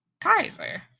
Kaiser